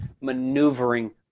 maneuvering